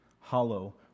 hollow